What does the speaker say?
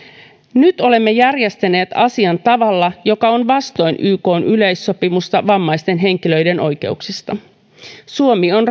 nyt olemme järjestäneet asian tavalla joka on vastoin ykn yleissopimusta vammaisten henkilöiden oikeuksista suomi on